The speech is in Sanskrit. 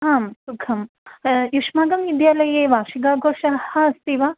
आं सुखं युष्माकं विद्यालये वार्षिकाघोषः अस्ति वा